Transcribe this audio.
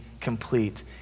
complete